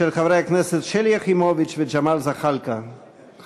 של חברי הכנסת שלי יחימוביץ וג'מאל זחאלקה מס' 4267 ו-4268.